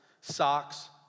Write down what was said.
Socks